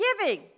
giving